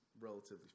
relatively